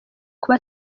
kuba